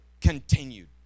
continued